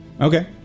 Okay